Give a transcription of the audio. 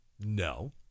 No